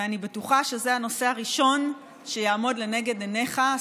אני בטוחה שזה הנושא הראשון שיעמוד לנגד עיניך,